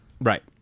right